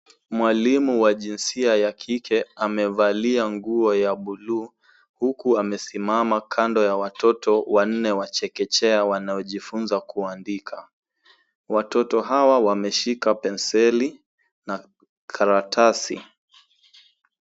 Mwalimu wa jinsia ya kike amevalia nguo ya buluu huk amesimama kando ya watoto wanne wa chekechea wanaojifunza kuandika. Watoto hawa wameshika penseli na karatasi.